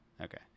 Okay